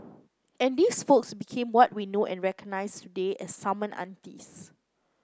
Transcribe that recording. and these folks became what we know and recognize today as summon aunties